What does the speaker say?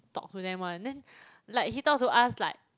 talk to them [one] then like he talk to us like